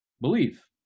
Believe